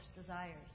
desires